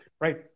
Right